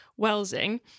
Welsing